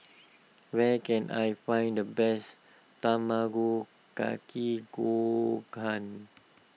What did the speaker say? where can I find the best Tamago Kake Gohan